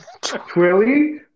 Twilly